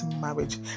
marriage